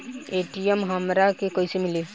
ATM हमरा के कइसे मिली?